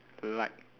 light